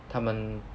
他们